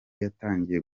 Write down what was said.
yatangiye